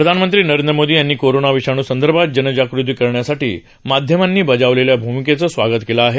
प्रधानमंत्री नरेंद्र मोदी यांनी कोरोना विषाणूसंदर्भात जनजागृती करण्यासाठी माध्यमांनी बजावलेल्या भूमिकेचं स्वागत केलं आहे